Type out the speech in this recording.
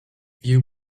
view